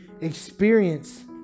experience